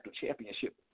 championship